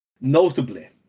notably